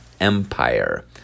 empire